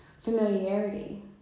familiarity